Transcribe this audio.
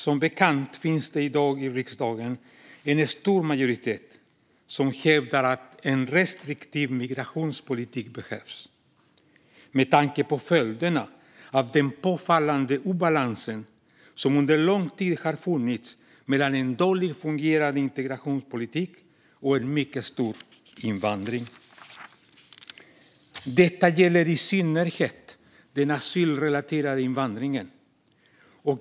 Som bekant finns det i dag i riksdagen en stor majoritet som hävdar att en restriktiv migrationspolitik behövs med tanke på följderna av den påfallande obalans som under lång tid har funnits mellan en dåligt fungerande integrationspolitik och en mycket stor invandring. Detta gäller i synnerhet den asylrelaterade invandringen.